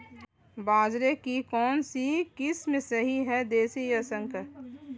बाजरे की कौनसी किस्म सही हैं देशी या संकर?